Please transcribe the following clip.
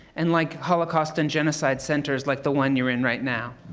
and like holocaust and genocide centers like the one you're in right now.